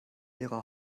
ihre